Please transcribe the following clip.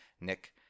Nick